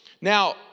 Now